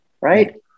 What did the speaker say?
Right